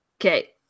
Okay